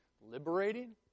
liberating